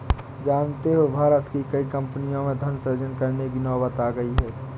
जानते हो भारत की कई कम्पनियों में धन सृजन करने की नौबत आ गई है